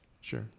Sure